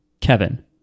Kevin